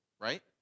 right